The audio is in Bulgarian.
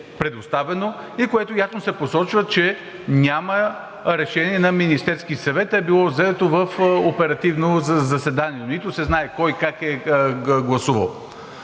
предоставено и в което ясно се посочва, че няма решение на Министерския съвет, а е било взето в оперативно заседание, нито пък се знае кой как е гласувал.